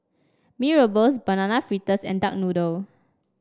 Mee Rebus Banana Fritters and Duck Noodle